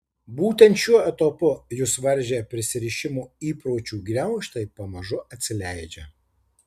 būtent šiuo etapu jus varžę prisirišimo įpročių gniaužtai pamažu atsileidžia